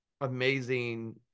amazing